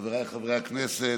חבריי חברי הכנסת,